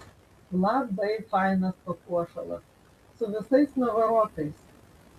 labai fainas papuošalas su visais navarotais